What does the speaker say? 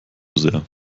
sehr